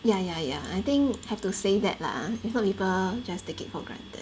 yeah yeah yeah I think have to say that lah if not people just take it for granted